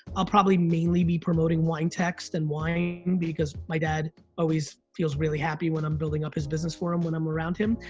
i'll probably, mainly be promoting winetext, and wine, because my dad always feels really happy when i'm building up his business for him when i'm around him.